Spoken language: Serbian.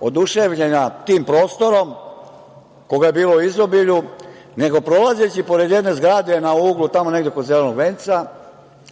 oduševljena tim prostorom koga je bilo u izobilju, nego prolazeći pored jedne zgrade na uglu, tamo negde kod Zelenog venca,